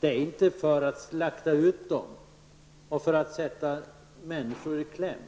Det är inte för att slakta ut dem och för att sätta människor i kläm